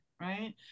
right